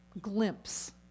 glimpse